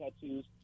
tattoos